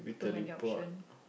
too many option